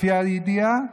לפי הידיעה?